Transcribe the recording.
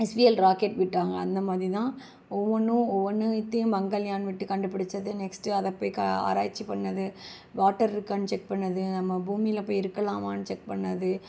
SVL rocket விட்டாங்களா அந்தமாதிரிதான் ஒவ்வொன்றும் ஒவ்வொன்னுத்தையும் மங்கல்யான் விட்டு கண்டுபிடிச்சது நெக்ஸ்ட்டு அதைப்போயி கா ஆராய்ச்சி பண்ணது வாட்டர் இருக்கான்னு செக் பண்ணது நம்ம பூமியில போய் இருக்கலாமான்னு செக் பண்ணது